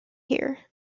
here